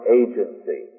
agency